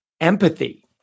empathy